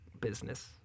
business